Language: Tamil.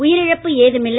உயிரிழப்பு ஏதுமில்லை